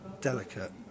delicate